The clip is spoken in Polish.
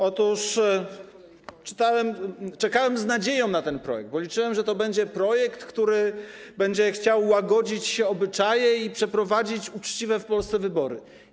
Otóż czekałem z nadzieją na ten projekt, bo liczyłem, że to będzie projekt, który będzie chciał łagodzić obyczaje i przeprowadzić uczciwe w Polsce wybory.